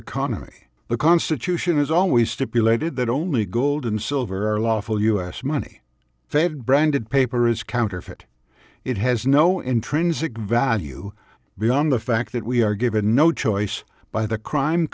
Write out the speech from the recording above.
economy the constitution has always stipulated that only gold and silver are lawful us money they have branded paper is counterfeit it has no intrinsic value beyond the fact that we are given no choice by the crime